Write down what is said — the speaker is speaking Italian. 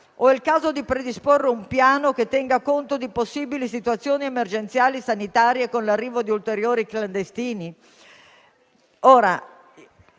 o è il caso di predisporre un piano che tenga conto di possibili situazioni sanitarie emergenziali con l'arrivo di ulteriori clandestini?